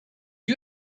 you